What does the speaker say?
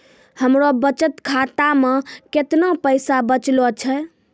हमरो बचत खाता मे कैतना पैसा बचलो छै?